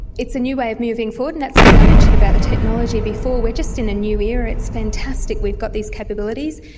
it's a new way of moving forward and that's something i mentioned about the technology before, we are just in a new era, it's fantastic we've got these capabilities.